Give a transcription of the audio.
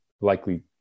likely